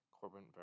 Corbin